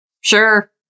Sure